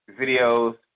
videos